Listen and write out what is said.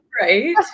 Right